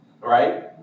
Right